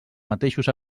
mateixos